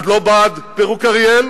את לא בעד פירוק אריאל?